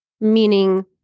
Meaning